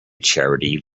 charity